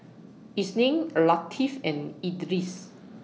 Isnin Latif and Idris